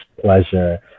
pleasure